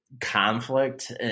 conflict